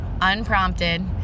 unprompted